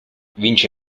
vince